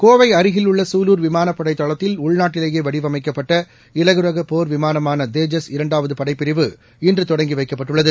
கோவை அருகில் உள்ள சூலூர் விமானப்படை தளத்தில் உள்நாட்டிலேயே வடிவமைக்கப்பட்ட இலகுரக போா் விமானமான தேஜஸ் இரண்டாவது படைப்பிரிவு இன்று தொடங்கி வைக்கப்பட்டுள்ளது